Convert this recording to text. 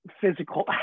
physical